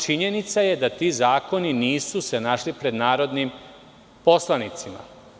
Činjenica je da ti zakoni nisu se našli pred narodnim poslanicima.